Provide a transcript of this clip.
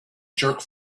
jerk